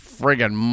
friggin